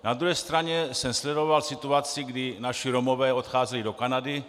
Na druhé straně jsem sledoval situaci, kdy naši Romové odcházeli do Kanady.